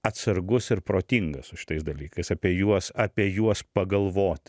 atsargus ir protingas su šitais dalykais apie juos apie juos pagalvot